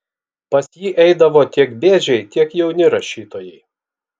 pas jį eidavo tiek bėdžiai tiek jauni rašytojai